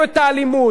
ראינו את הוונדליזם.